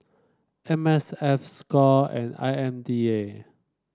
M S F Score and I M D A